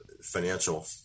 financial